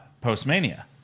post-Mania